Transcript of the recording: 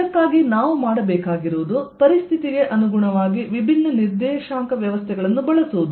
ಇದಕ್ಕಾಗಿ ನಾವು ಮಾಡಬೇಕಾಗಿರುವುದು ಪರಿಸ್ಥಿತಿಗೆ ಅನುಗುಣವಾಗಿ ವಿಭಿನ್ನ ನಿರ್ದೇಶಾಂಕ ವ್ಯವಸ್ಥೆಗಳನ್ನು ಬಳಸುವುದು